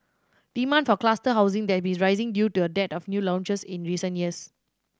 demand for cluster housing that been rising due to a dearth of new launches in recent years